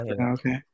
Okay